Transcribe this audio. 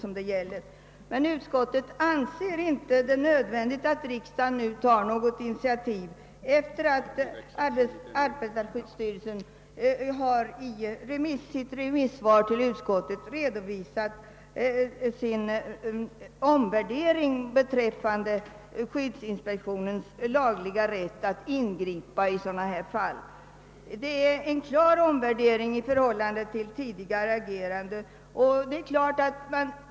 Emellertid anser utskottsmajoriteten det inte nödvändigt att riksdagen nu tar något initiativ, sedan arbetarskyddsstyrelsen i sitt remissvar till utskottet redovisat sin ändrade inställning i fråga om skyddsinspektionens lagliga rätt att ingripa i sådana fall som här påtalats. Det innebär en klar omvärdering i förhållande till tidigare agerande.